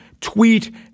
tweet